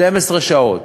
12 שעות.